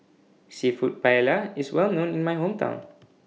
Seafood Paella IS Well known in My Hometown